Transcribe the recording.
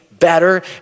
Better